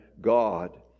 God